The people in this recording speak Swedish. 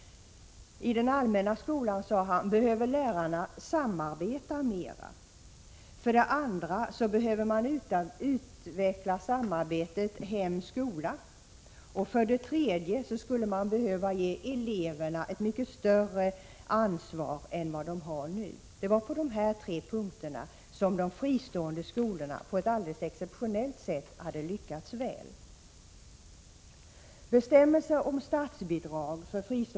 I den allmänna skolan, sade han, behöver lärarna för det första samarbeta mera. För det andra behöver man utveckla samarbetet hem-skola, och för det tredje skulle man behöva ge eleverna ett mycket större ansvar än vad de har nu. Det var på dessa tre punkter som de fristående skolorna på ett alldeles exceptionellt sätt hade lyckats väl.